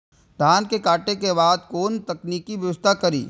धान के काटे के बाद कोन तकनीकी व्यवस्था करी?